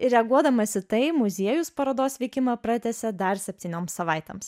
ir reaguodamas į tai muziejus parodos veikimą pratęsė dar septynioms savaitėms